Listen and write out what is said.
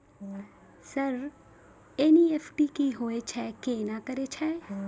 Sir NEFT की होय छै, केना करे छै?